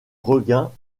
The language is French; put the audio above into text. regain